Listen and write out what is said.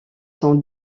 son